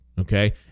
okay